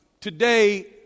Today